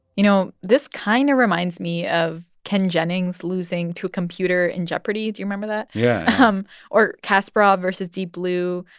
you know, this kind of reminds me of ken jennings losing to a computer in jeopardy. do you remember that? yeah um or kasparov versus deep blue,